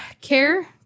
care